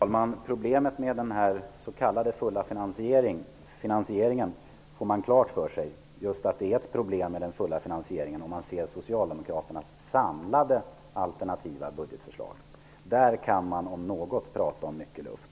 Herr talman! Man får klart för sig att det är ett problem med den fulla finansieringen när man ser Socialdemokraternas samlade alternativa budgetförslag. Där är det om något mycket luft.